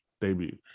debut